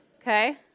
Okay